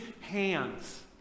hands